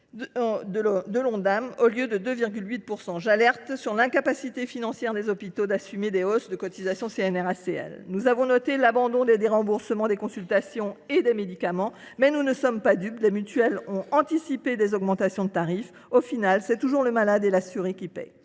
prévus. Je tiens à alerter sur l’incapacité financière des hôpitaux à assumer les hausses de cotisations CNRACL. Nous avons noté l’abandon des déremboursements des consultations et des médicaments, mais nous ne sommes pas dupes : les mutuelles ont anticipé des augmentations de tarifs. À la fin, c’est toujours le malade et l’assuré qui